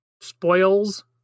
spoils